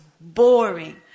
boring